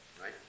Right